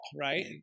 right